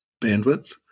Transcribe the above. bandwidth